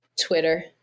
Twitter